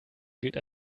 gilt